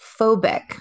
phobic